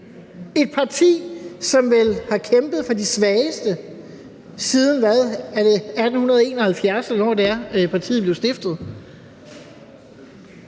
et parti, som vel har kæmpet for de svageste siden 1871, eller hvornår det er, partiet blev stiftet,